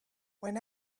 when